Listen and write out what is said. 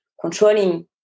controlling